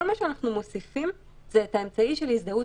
כל מה שאנחנו מוסיפים זה את האמצעי של הזדהות